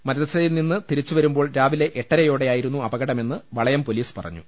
മദ്രസയിൽ നിന്ന് തിരിച്ചുവരു മ്പോൾ രാവിലെ എട്ടരയോടെയായിരുന്നു അപകടമെന്ന് വളയം പൊലീസ് പറഞ്ഞു